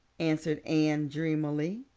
answered anne dreamily.